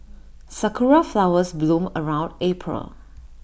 Sakura Flowers bloom around April